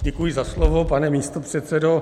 Děkuji za slovo, pane místopředsedo.